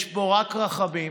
יש בו רק רחמים.